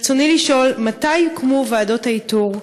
רצוני לשאול: 1. מתי יוקמו ועדות האיתור?